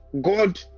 God